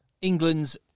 England's